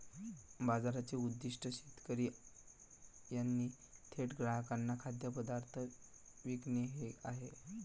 बाजाराचे उद्दीष्ट शेतकरी यांनी थेट ग्राहकांना खाद्यपदार्थ विकणे हे आहे